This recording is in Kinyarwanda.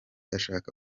ashaka